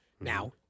Now